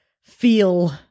feel